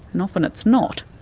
and often it's not,